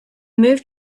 move